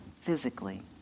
physically